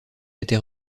était